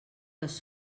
les